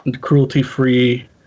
cruelty-free